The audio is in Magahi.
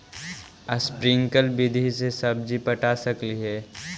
स्प्रिंकल विधि से सब्जी पटा सकली हे?